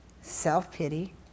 self-pity